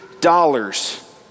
dollars